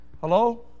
Hello